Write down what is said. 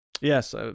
Yes